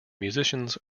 musicians